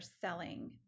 selling